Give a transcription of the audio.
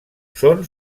són